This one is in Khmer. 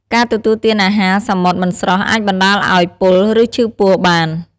ការទទួលទានអាហារសមុទ្រមិនស្រស់អាចបណ្តាលឱ្យ ពុល ឬឈឺពោះបាន។